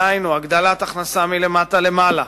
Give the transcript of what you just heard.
דהיינו, הגדלת הכנסה מלמטה למעלה,